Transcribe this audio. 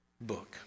book